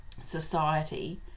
society